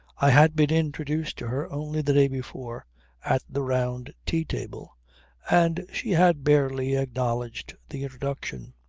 i had been introduced to her only the day before at the round tea-table and she had barely acknowledged the introduction.